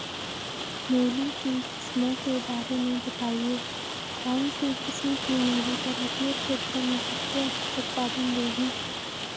मूली की किस्मों के बारे में बताइये कौन सी किस्म की मूली पर्वतीय क्षेत्रों में सबसे अच्छा उत्पादन देंगी?